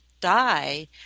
Die